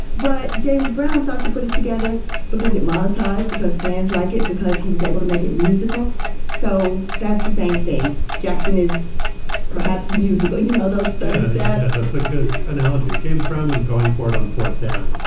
but james brown thought to put it together because it monitise, because fans like it, because he was able to make it musical so that's the same thing. jackson is perhaps musical. you know, those standards that that's a good analogy. james brown was going for it on fourth down,